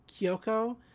kyoko